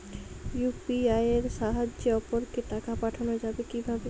UPI এর সাহায্যে অপরকে টাকা পাঠানো যাবে কিভাবে?